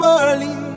early